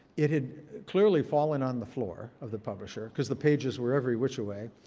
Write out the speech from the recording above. it had clearly fallen on the floor of the publisher, because the pages were every which a way.